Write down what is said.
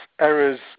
errors